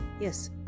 yes